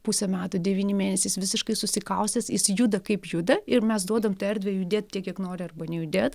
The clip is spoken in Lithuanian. pusę metų devyni mėnesiai jis visiškai susikaustęs jis juda kaip juda ir mes duodam tą erdvę judėt tiek kiek nori arba nejudėt